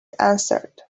answered